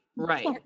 Right